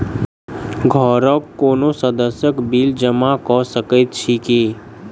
घरक कोनो सदस्यक बिल जमा कऽ सकैत छी की?